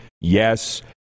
Yes